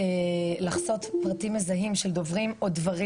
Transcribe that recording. לחסות פרטים מזהים של דוברים או דברים